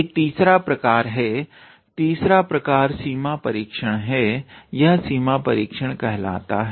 एक तीसरा प्रकार है तीसरा प्रकार सीमा परीक्षण है यह सीमा परीक्षण कहलाता है